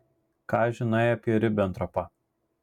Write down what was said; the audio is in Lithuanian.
ką žinai apie ribentropą